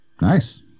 Nice